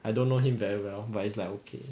I don't know him very well but it's like okay